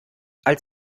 als